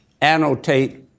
annotate